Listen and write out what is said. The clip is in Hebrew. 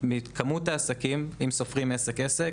אם סופרים עסק-עסק,